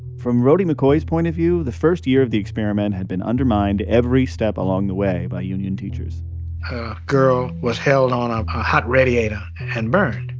from rhody mccoy's point of view, the first year of the experiment had been undermined every step along the way by union teachers a girl was held on um a hot radiator and burned.